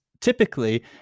typically